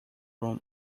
room